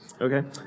Okay